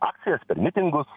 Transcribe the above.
akcijas per mitingus